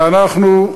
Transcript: ואנחנו,